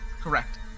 Correct